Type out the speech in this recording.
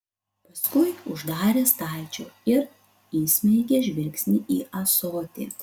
paskui uždarė stalčių ir įsmeigė žvilgsnį į ąsotį